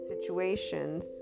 situations